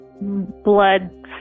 blood